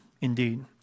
indeed